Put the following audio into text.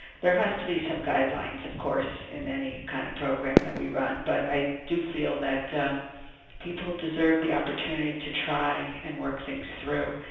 there has to be some guidelines, of course, in any kind of program that we run, but i do feel that people deserve the opportunity to try and work things through.